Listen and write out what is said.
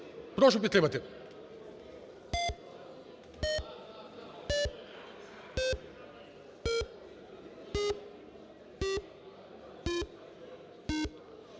Прошу підтримати.